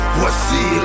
voici